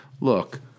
look